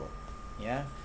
ya